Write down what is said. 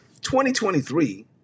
2023